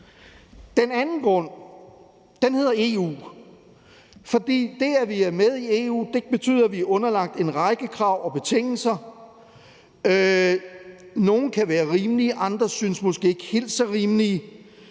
Den anden grund hedder EU. For det, at vi er med i EU, betyder, at vi er underlagt en række krav og betingelser. Nogle kan være rimelige, og andre synes måske ikke helt så rimelige.